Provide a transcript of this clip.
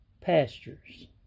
pastures